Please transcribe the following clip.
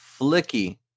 Flicky